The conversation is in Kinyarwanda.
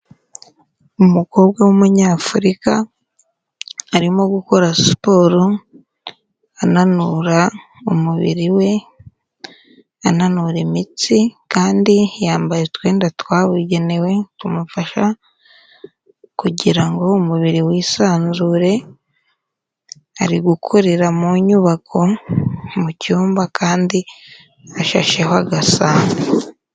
Umukobwa w'Umunyafurika, arimo gukora siporo, ananura umubiri we, ananura imitsi kandi yambaye utwenda twabugenewe tumufasha kugira ngo umubiri wisanzure, ari gukorera mu nyubako mu cyumba kandi hashasheho agasambi.